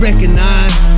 Recognize